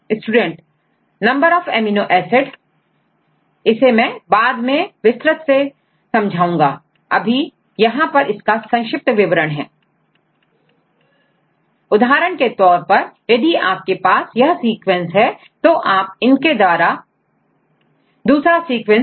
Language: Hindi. student number of amino acids तो यदि उदाहरण के तौर पर आपके पास सीक्वेंस है जैसे यदि यह सीक्वेंस है और आपके पास यह दूसरा सीक्वेंस भी है